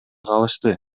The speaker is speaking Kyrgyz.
калышты